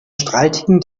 streitigen